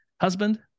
husband